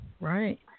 right